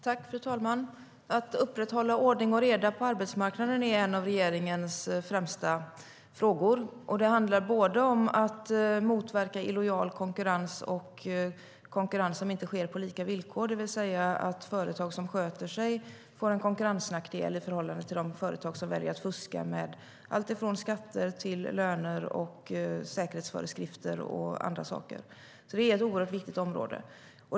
Fru talman! Att upprätthålla ordning och reda på arbetsmarknaden är en av regeringens främsta frågor. Det handlar bland annat om att motverka illojal konkurrens och konkurrens som inte sker på lika villkor, det vill säga där företag som sköter sig får en konkurrensnackdel i förhållande till de företag som väljer att fuska med allt från skatter till löner, säkerhetsföreskrifter och annat. Det är ett oerhört viktigt område.